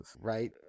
Right